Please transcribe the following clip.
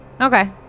Okay